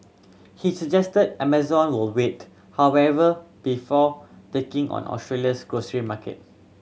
he suggested Amazon would wait however before taking on Australia's grocery market